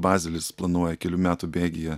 bazelis planuoja kelių metų bėgyje